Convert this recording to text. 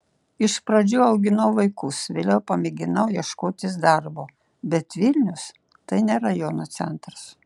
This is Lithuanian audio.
iš pradžių auginau vaikus vėliau pamėginau ieškotis darbo bet vilnius tai ne rajono centras